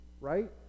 right